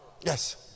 Yes